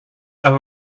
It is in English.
are